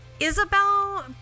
Isabel